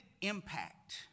impact